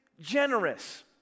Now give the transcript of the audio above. generous